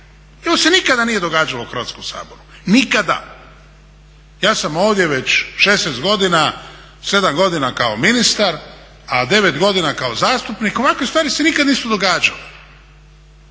i ovo se nikada nije događalo u Hrvatskom saboru, nikada. Ja sam ovdje već 16 godina, 7 godina kao ministar, a 9 godina kao zastupnik ovakve stvari se nikad nisu događale.